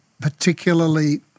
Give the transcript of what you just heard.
particularly